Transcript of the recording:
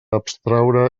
abstraure